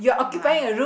my